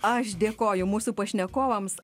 aš dėkoju mūsų pašnekovams